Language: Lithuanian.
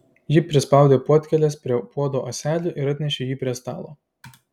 ji prispaudė puodkėles prie puodo ąselių ir atnešė jį prie stalo